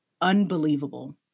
unbelievable